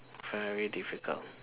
very difficult